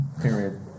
Period